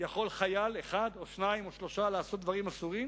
יכול חייל אחד או שניים או שלושה לעשות דברים אסורים,